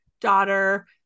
daughter